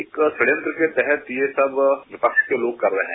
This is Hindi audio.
एक षड्यंत्र के तहत यह सब विपक्ष के लोग कर रहे है